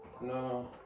No